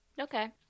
Okay